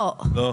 לא.